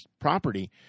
property